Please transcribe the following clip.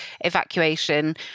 evacuation